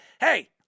hey